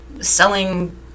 selling